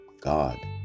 God